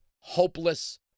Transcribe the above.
hopeless